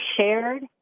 shared